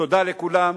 תודה לכולם,